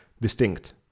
distinct